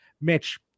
Mitch